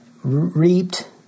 reaped